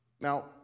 Now